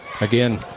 Again